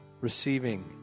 receiving